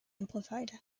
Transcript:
amplified